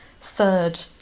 third